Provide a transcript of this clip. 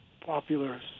popular